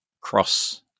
cross